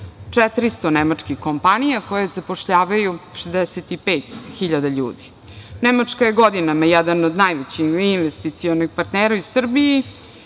400 nemačkih kompanija, koje zapošljavaju 65.000 ljudi. Nemačka je godinama jedan od najvećih investicionih partnera u Srbiji